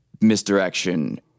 misdirection